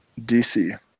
DC